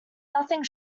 nothing